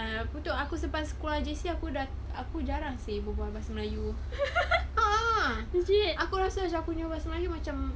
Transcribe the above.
apa tu aku selepas keluar J_C aku dah aku jarang seh berbual bahasa melayu a'ah aku rasa macam aku punya bahasa melayu macam